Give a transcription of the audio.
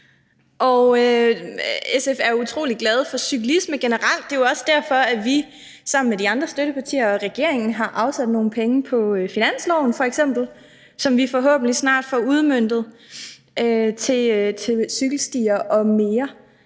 generelt utrolig glade for cyklisme – det er jo også derfor, at vi sammen med de andre støttepartier og regeringen f.eks. har afsat nogle penge til cykelstier m.m. på finansloven, som vi forhåbentlig snart får udmøntet. Det er jo ret